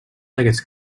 aquests